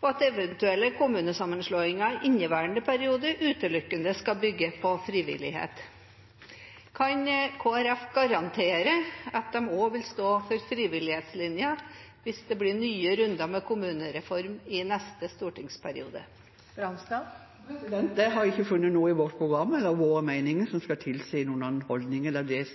og at eventuelle kommunesammenslåinger i inneværende periode utelukkende skal bygge på frivillighet. Kan Kristelig Folkeparti garantere at de også vil stå for frivillighetslinjen hvis det blir nye runder med kommunereform i neste stortingsperiode? Jeg har ikke funnet noe i vårt program eller våre meninger som skulle tilsi noen annen holdning enn det